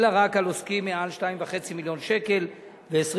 אלא רק על עוסקים מעל 2.5 מיליון שקל ו-20